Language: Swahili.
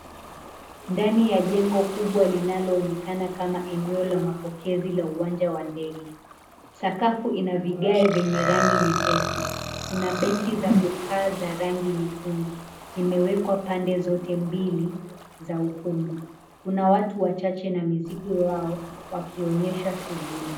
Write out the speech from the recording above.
Ndani ya jengo kubwa linaloonekana kama eneo la mapokezi la uwanja wa ndege. Sakafu ina vigae vyenye rangi nyepesi. Kuna benchi za kukaa za rangi nyekundu, zimewekwa pande zote mbili za ukumbi. Kuna watu wachache na mizigo yao wakionyesha shughuli.